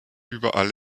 überall